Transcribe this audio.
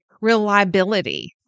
Reliability